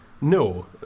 No